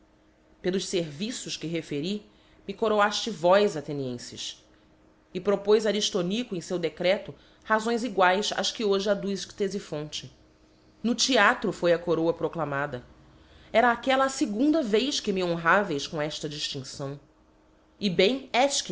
pelos ferviços que referi me coroalles vós a tenentes e propoz ariftonico em feu decreto razões eguaes ás que hoje adduz ctefiphonte no theatro foi a coroa proclamada era aquella a fegunda vez que me honráveis com efta diftincção e bem